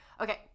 Okay